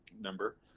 number